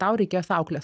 tau reikės auklės